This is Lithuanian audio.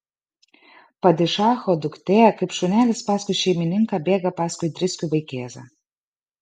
padišacho duktė kaip šunelis paskui šeimininką bėga paskui driskių vaikėzą